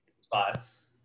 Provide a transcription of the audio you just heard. spots